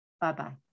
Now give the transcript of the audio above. Bye-bye